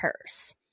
purse